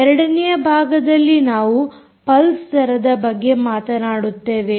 ಎರಡನೆಯ ಭಾಗದಲ್ಲಿ ನಾವು ಪಲ್ಸ್ ದರದ ಬಗ್ಗೆ ಮಾತನಾಡುತ್ತೇವೆ